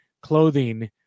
clothing